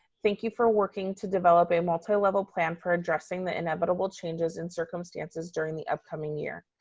thank you for working to develop a multi level plan for addressing the inevitable changes and circumstances during the upcoming year.